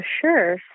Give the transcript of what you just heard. Sure